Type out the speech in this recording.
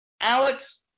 Alex